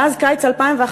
מאז קיץ 2011,